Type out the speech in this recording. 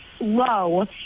low